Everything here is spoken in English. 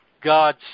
God